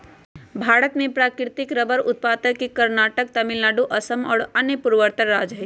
भारत में प्राकृतिक रबर उत्पादक के कर्नाटक, तमिलनाडु, असम और अन्य पूर्वोत्तर राज्य हई